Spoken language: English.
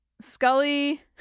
Scully